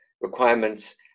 requirements